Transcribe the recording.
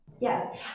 Yes